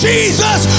Jesus